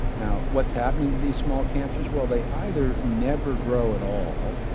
now what's happening to these small cancers? well they either never grow at all,